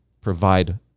provide